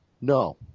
No